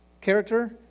character